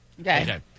Okay